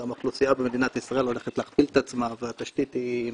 גם האוכלוסייה במדינת ישראל הולכת להכפיל את עצמה והתשתית היא מוגבלת.